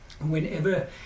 whenever